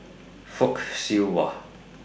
Fock Siew Wah